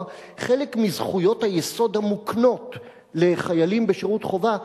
חלק מזכויות היסוד המוקנות לחיילים בשירות חובה,